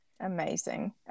Amazing